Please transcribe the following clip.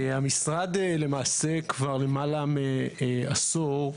המשרד למעשה כבר למעלה מעשור,